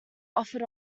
offered